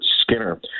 Skinner